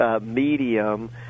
medium